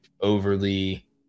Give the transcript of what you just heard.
overly